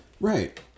Right